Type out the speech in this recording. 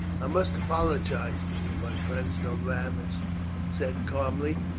i must apologize to you, my friends, norbanus said calmly,